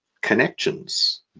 connections